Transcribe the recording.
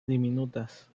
diminutas